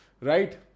Right